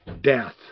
death